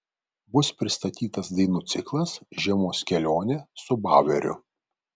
bus pristatytas dainų ciklas žiemos kelionė su baueriu